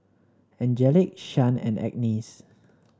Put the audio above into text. Angelic Shyann and Agness